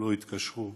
לא התקשרו,